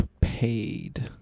paid